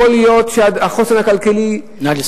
יכול להיות שהחוסן הכלכלי, נא לסיים.